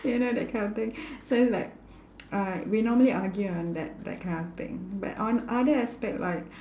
you know that kind of thing so it's like we normally argue on that that kind of thing but on other aspect like